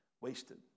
Wasted